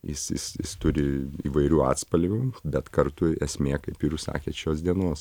jis jis jis turi įvairių atspalvių bet kartu esmė kaip ir jūs sakėt šios dienos